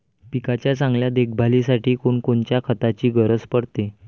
पिकाच्या चांगल्या देखभालीसाठी कोनकोनच्या खताची गरज पडते?